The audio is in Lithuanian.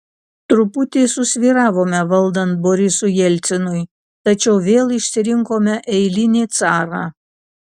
truputį susvyravome valdant borisui jelcinui tačiau vėl išsirinkome eilinį carą